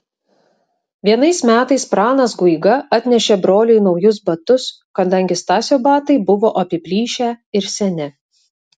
vienais metais pranas guiga atnešė broliui naujus batus kadangi stasio batai buvo apiplyšę ir seni